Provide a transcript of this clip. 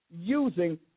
using